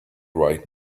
right